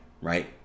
right